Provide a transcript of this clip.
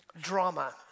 drama